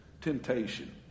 Temptation